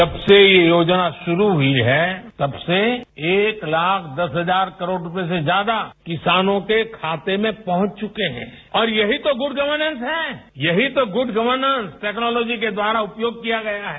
जब से ये योजना शुरू हुई है तब से एक लाख दस हजार करोड़ रूपये से ज्यादा किसानों के खाते में पहुंच चुके हैं और यही तो गुड गवर्नैस है यही तो गुड गवर्नैस टेक्नोलॉजी के द्वारा उपयोग किया गया है